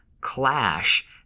clash